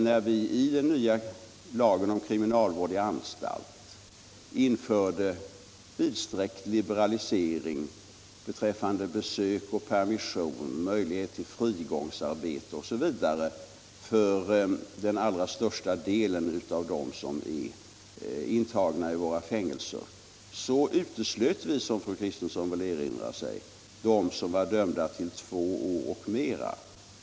När vi i den nya lagen om kriminalvård i anstalt införde vidsträckt liberalisering beträffande besök, permission, möjlighet till frigångsarbete osv. för den allra största delen av dem som är intagna i våra fängelser, uteslöt vi, som fru Kristensson väl erinrar sig, dem som var dömda till två år och mera.